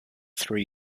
three